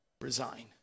resign